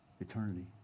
Eternity